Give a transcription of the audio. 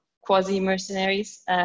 quasi-mercenaries